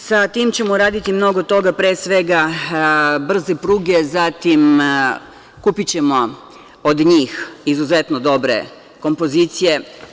Sa tim ćemo raditi mnogo toga, pre svega brze pruge, zatim kupićemo od njih izuzetno dobre kompozicije.